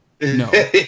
no